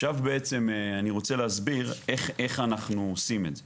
עכשיו בעצם אני רוצה להסביר איך אנחנו עושים את זה.